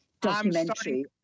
documentary